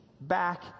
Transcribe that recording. back